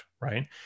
right